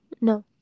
No